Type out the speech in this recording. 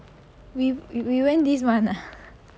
we we went this month ah